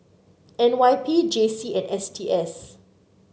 N Y P J C and S T S